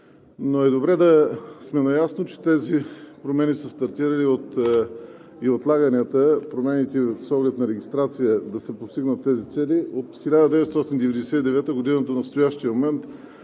Но е добре да сме наясно, че тези промени са стартирали и от отлаганията, промените идват с оглед на регистрация да се постигнат тези цели, от 1999 г. до настоящия момент